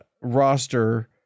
roster